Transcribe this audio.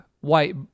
white